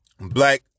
Black